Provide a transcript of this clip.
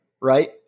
Right